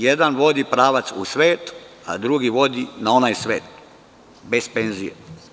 Jedan vodi pravac u sveti, a drugi vodi na onaj svet, bez penzije.